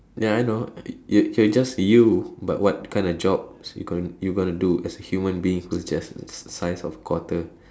may I know is is just you but what kind of jobs you gone you gonna do as human being who's just a size of quarter